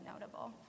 notable